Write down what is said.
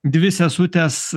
dvi sesutės